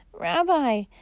Rabbi